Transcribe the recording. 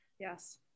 Yes